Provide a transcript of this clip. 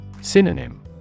Synonym